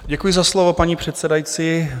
Děkuji za slovo, paní předsedající.